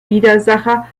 widersacher